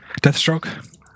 Deathstroke